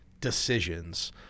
decisions